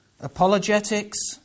Apologetics